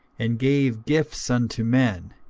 and gave gifts unto men.